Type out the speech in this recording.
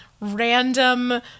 random